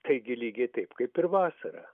taigi lygiai taip kaip ir vasarą